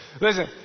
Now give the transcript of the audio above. Listen